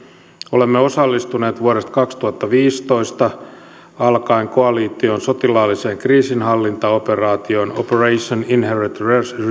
olemme osallistuneet vuodesta kaksituhattaviisitoista alkaen koalition sotilaalliseen kriisinhallintaoperaatioon opera tion inherent